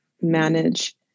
manage